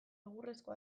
egurrezko